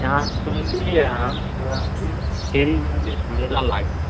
यहाँ सुनलिए हँ शिवरात्रिपर खेड़ी मन्दिरपर मेला लागै हइ